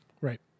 Right